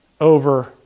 over